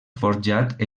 forjat